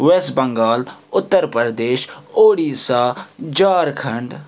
ویٚس Bengal Uttar Pradesh Odisha Jharkhand